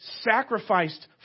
sacrificed